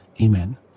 Amen